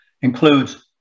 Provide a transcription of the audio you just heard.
includes